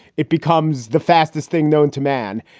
it becomes the fastest thing known to man.